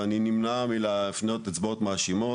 ואני נמנע מלהפנות אצבעות מאשימות.